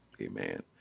amen